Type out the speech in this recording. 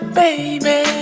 baby